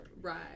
Right